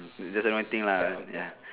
just the only thing lah ah ya